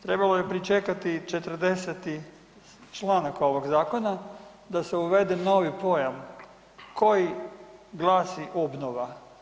Trebalo je pričekati 40-ti članak ovog zakona da se uvede novi pojam koji glasi obnova.